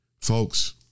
Folks